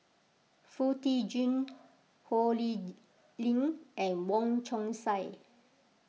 Foo Tee Jun Ho Lee Ling and Wong Chong Sai